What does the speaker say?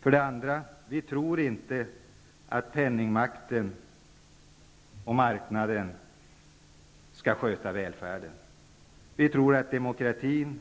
För det andra anser vi inte att penningmakten och marknaden skall sköta välfärden. Vi tror att demokratin,